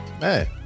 Hey